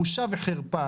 בושה וחרפה.